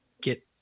get